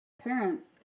parents